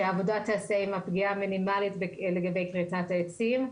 שהעבודה תיעשה עם הפגיעה המינימלית לגבי כריתת העצים.